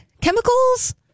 Chemicals